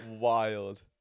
wild